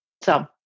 So-